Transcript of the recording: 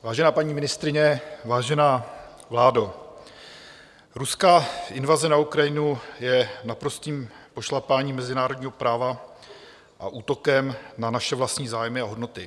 Vážená paní ministryně, vážená vládo, ruská invaze na Ukrajinu je naprostým pošlapáním mezinárodního práva a útokem na naše vlastní zájmy a hodnoty.